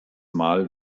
mal